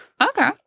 Okay